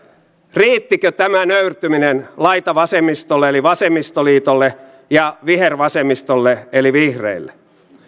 riittikö tämä nöyrtyminen laitavasemmistolle eli vasemmistoliitolle ja vihervasemmistolle eli vihreille